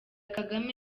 kagame